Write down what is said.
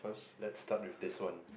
let's start with this one